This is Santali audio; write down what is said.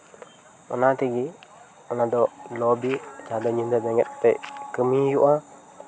ᱚᱱᱟ ᱛᱮᱜᱮ ᱚᱱᱟ ᱫᱚ ᱞᱚᱼᱵᱤᱨ ᱡᱟᱦᱟᱸ ᱫᱚ ᱧᱤᱫᱟᱹ ᱵᱮᱸᱜᱮᱛ ᱠᱟᱛᱮᱫ ᱠᱟᱹᱢᱤ ᱦᱩᱭᱩᱜᱼᱟ